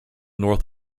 north